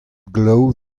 glav